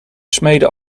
smeden